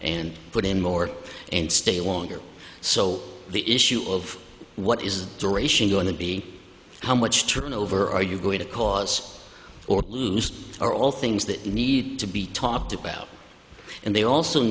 and put in more and stay longer so the issue of what is the duration going to be how much turnover are you going to cause or are all things that need to be talked about and they also